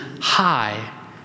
high